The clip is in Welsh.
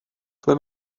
ble